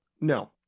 no